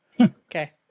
Okay